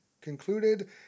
concluded